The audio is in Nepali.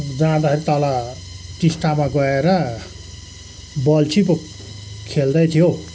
जादाँखेरि तल टिस्टा गएर बल्छी पो खेल्दै थियो